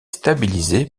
stabilisé